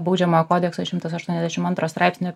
baudžiamojo kodekso šimtas aštuoniasdešim antro straipsnio